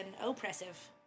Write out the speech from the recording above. oppressive